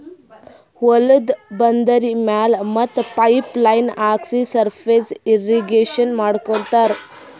ಹೊಲ್ದ ಬಂದರಿ ಮ್ಯಾಲ್ ಮತ್ತ್ ಪೈಪ್ ಲೈನ್ ಹಾಕ್ಸಿ ಸರ್ಫೇಸ್ ಇರ್ರೀಗೇಷನ್ ಮಾಡ್ಕೋತ್ತಾರ್